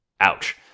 Ouch